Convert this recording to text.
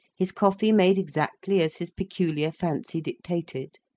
his coffee made exactly as his peculiar fancy dictated,